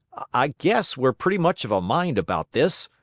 i guess we're pretty much of a mind about this.